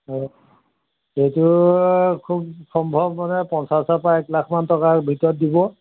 অঁ এইটো খুব সম্ভৱ মানে পঞ্চাছৰ পৰা এক লাখমান টকাৰ ভিতৰত দিব